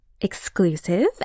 exclusive